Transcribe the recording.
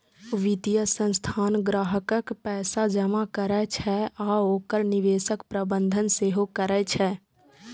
वित्तीय संस्थान ग्राहकक पैसा जमा करै छै आ ओकर निवेशक प्रबंधन सेहो करै छै